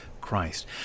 Christ